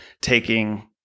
taking